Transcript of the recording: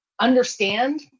understand